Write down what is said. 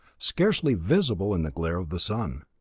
scarcely visible in the glare of the sun.